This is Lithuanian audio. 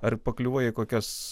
ar pakliuvai į kokias